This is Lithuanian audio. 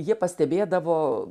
jie pastebėdavo